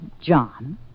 John